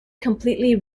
completely